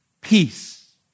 peace